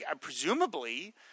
presumably